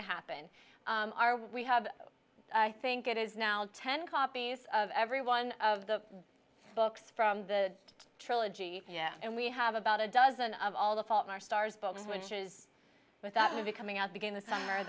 to happen are we have i think it is now ten copies of every one of the books from the trilogy yeah and we have about a dozen of all the fault in our stars bugs which is with that movie coming out begin the summer